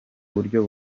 buryo